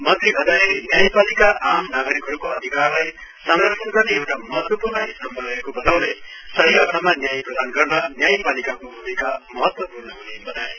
मन्त्री घतानीले न्यायापालिका आम नागरीकहरूको अधिकारलाई संरक्षण गर्ने एउटा महत्वपूर्ण स्तम्भ रहेको बताउँदै सही अर्थमा न्याय प्रदान गर्न न्यायपालिकाको भूमिका महत्वपूर्ण हुने बताए